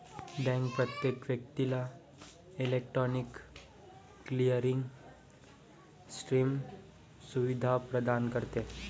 bank प्रत्येक व्यक्तीला electronic clearing system सुविधा प्रदान करते